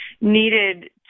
needed